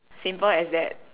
simple as that